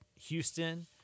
houston